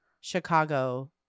Chicago